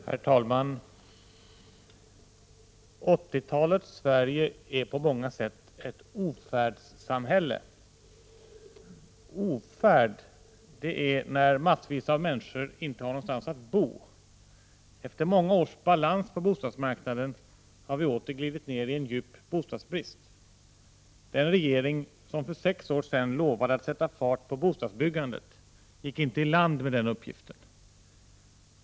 Herr talman! 80-talets Sverige är på många sätt ett ofärdssamhälle. Ofärd, det är när en mängd människor inte har någonstans att bo. Efter många års balans på bostadsmarknaden har vi åter glidit in i en djup bostadsbrist. Den regering som för sex år sedan lovade att sätta fart på bostadsbyggandet gick inte i land med den uppgiften.